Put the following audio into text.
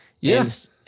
Yes